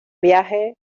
viaje